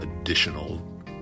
additional